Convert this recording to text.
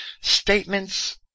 statements